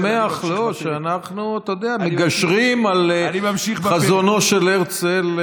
אני שמח שאנחנו מגשרים על חזונו של הרצל.